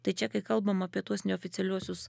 tai čia kai kalbam apie tuos neoficialiuosius